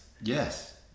Yes